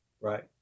Right